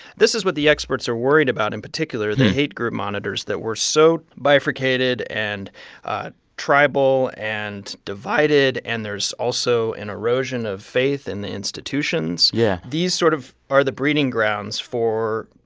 this is what the experts are worried about in particular the hate group monitors that were so bifurcated and tribal and divided. and there's also an erosion of faith in the institutions yeah these sort of are the breeding grounds for.